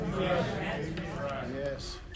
Yes